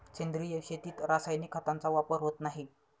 सेंद्रिय शेतीत रासायनिक खतांचा वापर होत नाही